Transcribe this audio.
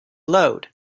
load